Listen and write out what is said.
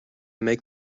make